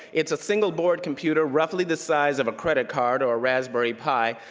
it's a single-board computer roughly the size of a credit card or a raspberry pi,